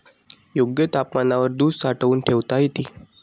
योग्य तापमानावर दूध साठवून ठेवता येते